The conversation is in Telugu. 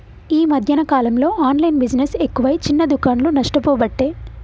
ఈ మధ్యన కాలంలో ఆన్లైన్ బిజినెస్ ఎక్కువై చిన్న దుకాండ్లు నష్టపోబట్టే